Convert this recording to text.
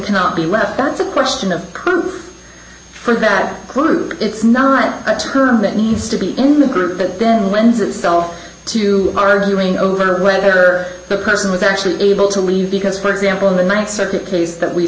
cannot be left that's a question of proof for that group it's not a term that needs to be in the group but then lends itself to arguing over whether the person was actually able to leave because for example in the ninth circuit case that we